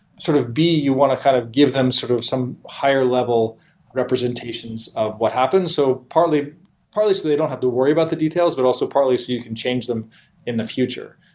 sort of b, you want to kind of give them sort of some higher level representations of what happened so partly partly so they don't have to worry about the details, but also partly so you can change them in the future.